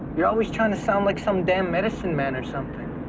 you're always trying to sound like some damn medicine man or something.